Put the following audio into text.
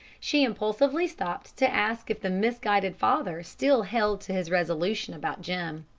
she impulsively stopped to ask if the misguided father still held to his resolution about jim.